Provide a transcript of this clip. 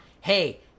Hey